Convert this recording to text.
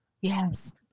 Yes